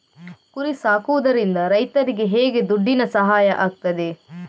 ಕುರಿ ಸಾಕುವುದರಿಂದ ರೈತರಿಗೆ ಹೇಗೆ ದುಡ್ಡಿನ ಸಹಾಯ ಆಗ್ತದೆ?